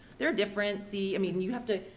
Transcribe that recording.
they're different. see. i mean you have to,